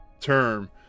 term